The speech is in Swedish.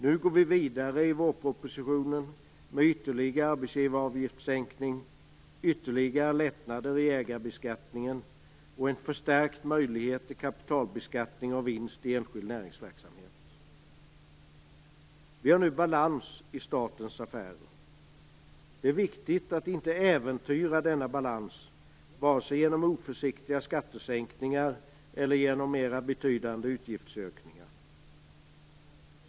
Nu går vi vidare i vårpropositionen med ytterligare arbetsgivaravgiftssänkning, ytterligare lättnader i ägarbeskattningen och en förstärkt möjlighet till kapitalbeskattning av vinst i enskild näringsverksamhet. Vi har nu balans i statens affärer. Det är viktigt att inte äventyra denna balans vare sig genom oförsiktiga skattesänkningar eller genom mera betydande utgiftsökningar.